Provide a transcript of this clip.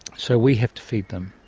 so we have to feed them.